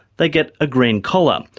they get a green collar,